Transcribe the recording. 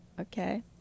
okay